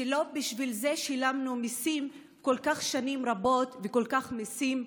לא בשביל זה שילמנו מיסים שנים רבות כל כך וכל כך הרבה מיסים.